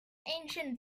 ancient